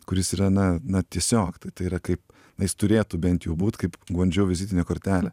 kuris yra na na tiesiog tai tai yra kaip na jis turėtų bent jau būt kaip gvandžou vizitinė kortelė